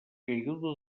caiguda